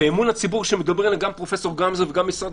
ואמון הציבור שמדבר עליו פרופ' גמזו וגם משרד